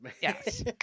Yes